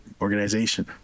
organization